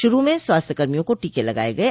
शुरू में स्वास्थ्य कर्मियों को टीके लगाये गये